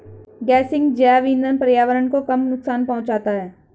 गेसिंग जैव इंधन पर्यावरण को कम नुकसान पहुंचाता है